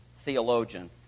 theologian